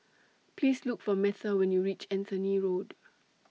Please Look For Metha when YOU REACH Anthony Road